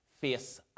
face